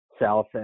South